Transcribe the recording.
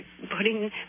putting